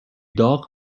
داغ